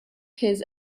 his